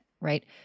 right